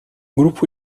grupo